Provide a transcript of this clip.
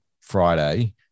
Friday